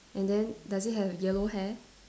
and then does it have yellow hair